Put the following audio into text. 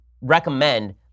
recommend